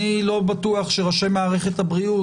אני לא בטוח שראשי מערכת הבריאות